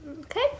Okay